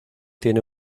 tiene